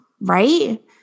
Right